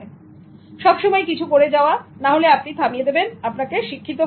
"ওকে" সবসময়ই কিছু করে যাওয়া না হলে আপনি থামিয়ে দেবেন আপনাকে শিক্ষিত করা